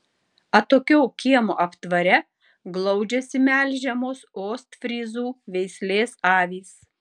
atokiau kiemo aptvare glaudžiasi melžiamos ostfryzų veislės avys